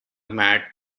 mat